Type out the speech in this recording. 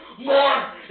more